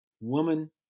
woman